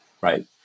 right